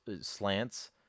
slants